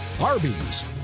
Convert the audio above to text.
arby's